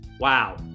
wow